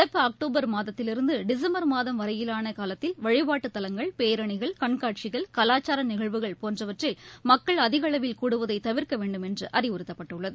நடப்பு அக்டோபர் மாதத்திலிருந்துடிசம்பர் மாதம் வரையிலானகாலத்தில் வழிபாட்டுத் தலங்கள் கண்காட்சிகள் கலாச்சாரநிகழ்வுகள் போன்றவற்றில் பேரணிகள் மக்கள் அதிகளவில் கூடுவதைதவிர்க்கவேண்டும் என்றுஅறிவுறுத்தப்பட்டுள்ளது